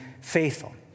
faithful